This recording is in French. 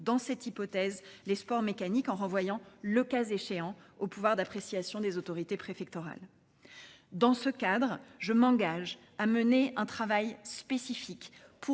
dans cette hypothèse les sports mécaniques en renvoyant le cas échéant au pouvoir d'appréciation des autorités préfectorales. Dans ce cadre, je m'engage à mener un travail spécifique